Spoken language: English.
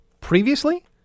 previously